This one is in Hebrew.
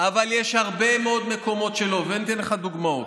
יש הרבה מאוד מקומות שלא, ואני אתן לך דוגמאות.